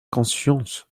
conscience